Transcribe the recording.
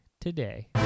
today